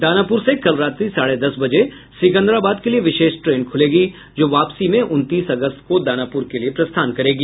दानापुर से कल रात्रि साढ़े दस बजे सिकंदराबाद के लिये विशेष ट्रेन खुलेगी जो वापसी में उनतीस अगस्त को दानापुर के लिये प्रस्थान करेगी